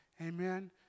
Amen